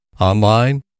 Online